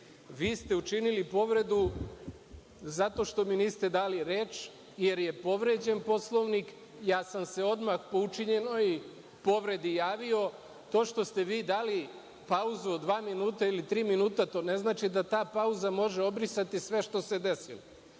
ste učinili povredu zato što mi niste dali reč, jer je povređen Poslovnik. Ja sam se odmah po učinjenoj povredi javio. To što ste vi dali pauzu od dva minuta ili tri minuta, to ne znači da ta pauza može obrisati sve što se